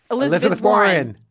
elizabeth warren